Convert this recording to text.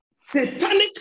Satanic